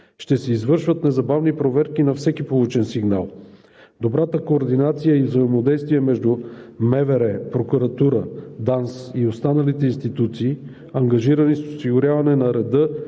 Ще се извършват незабавни проверки на всеки получен сигнал. Добрата координация и взаимодействие между МВР, Прокуратура, ДАНС и останалите институции, ангажирани с осигуряване на реда